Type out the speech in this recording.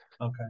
Okay